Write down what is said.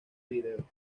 video